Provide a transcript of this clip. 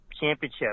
championship